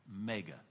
mega